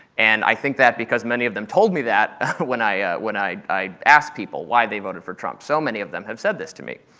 and i think that because many of them told me that when i when i asked people why they voted for trump. so many of them have said this to me.